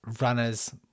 runners